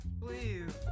please